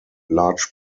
large